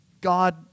God